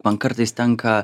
man kartais tenka